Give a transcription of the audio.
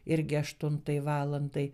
irgi aštuntai valandai